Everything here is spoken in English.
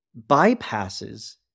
bypasses